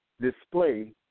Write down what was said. display